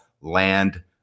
land